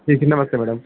ठीक है नमस्ते मैडम